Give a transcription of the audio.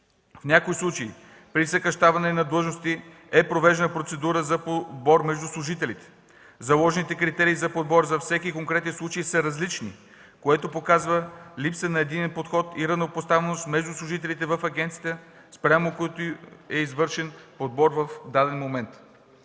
В някои случаи при съкращаване на длъжности е провеждана процедура за подбор между служителите. Заложените критерии за подбор за всеки конкретен случай са различни, което показва липса на единен подход и равнопоставеност между служителите в агенцията, спрямо които е извършен подбор в даден момент.